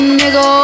nigga